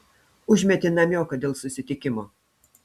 užmetė namioką dėl susitikimo